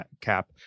cap